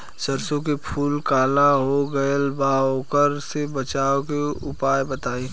सरसों के फूल काला हो गएल बा वोकरा से बचाव के उपाय बताई?